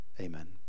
amen